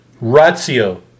ratio